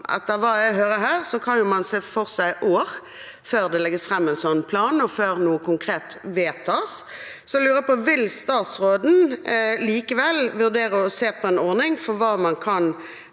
Etter hva jeg hører her, kan man se for seg år før det legges fram en sånn plan, og før noe konkret vedtas. Jeg lurer på: Vil statsråden likevel vurdere å se på en ordning for hva man kan